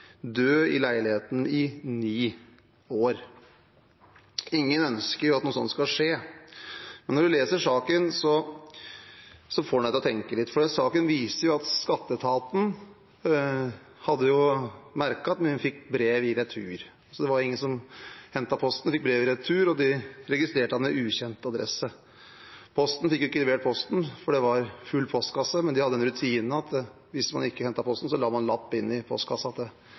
leiligheten i ni år. Ingen ønsker at noe sånt skal skje, men når man leser saken, får den en til å tenke litt. For saken viser at skatteetaten hadde merket at de fikk brev i retur. Det var ingen som hentet posten, så de fikk brev i retur, og de registrerte ham med ukjent adresse. Posten fikk ikke levert posten, for det var full postkasse, men de hadde en rutine om at hvis man ikke hentet posten, ble det lagt en lapp i